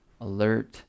alert